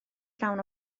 llawn